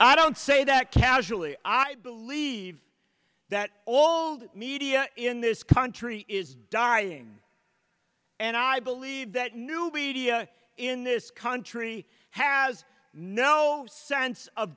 i don't say that casually i believe that old media in this country is dying and i believe that newbie in this country has no sense of